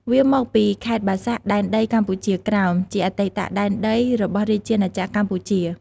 វាមកពីខេត្ដបាសាក់ដែនដីកម្ពុជាក្រោម ជាអតីតដែនដីរបស់រាជាណាចក្រកម្ពុជា។